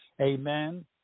Amen